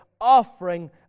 offering